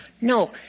No